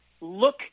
look